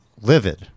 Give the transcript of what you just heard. livid